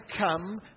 come